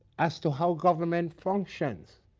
as to how government functions